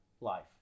life